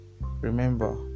Remember